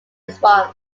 response